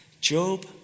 Job